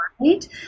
right